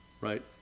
Right